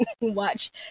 watch